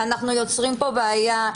אנחנו יוצרים פה בעיה.